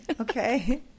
okay